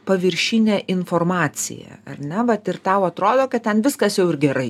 paviršinę informaciją ar ne vat ir tau atrodo kad ten viskas jau ir gerai